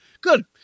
Good